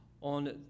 on